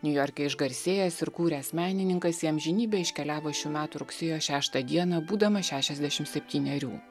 niujorke išgarsėjęs ir kūręs menininkas į amžinybę iškeliavo šių metų rugsėjo šeštą dieną būdamas šešiasdešimt septynerių